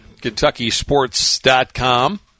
KentuckySports.com